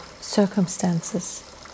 circumstances